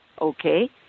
okay